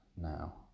now